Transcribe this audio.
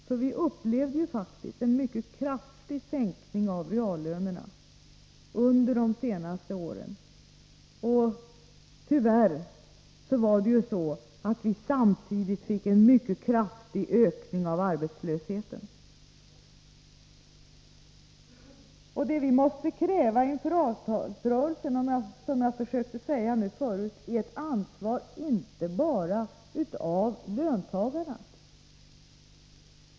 Vi har upplevt en mycket kraftig sänkning av reallönerna under de senaste åren, och tyvärr fick vi samtidigt en mycket kraftig ökning av arbetslösheten. Det vi måste kräva inför avtalsrörelsen är ett ansvar inte bara från löntagarna.